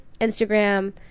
Instagram